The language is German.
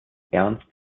ernst